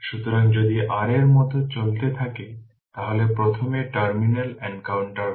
সুতরাং যদি r এর মত চলতে থাকে তাহলে প্রথমে টার্মিনাল এনকাউন্টার হয়